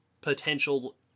potential